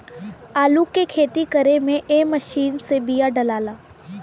आलू के खेती करे में ए मशीन से बिया डालाला